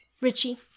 richie